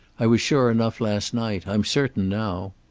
i was sure enough last night. i'm certain now.